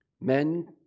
Men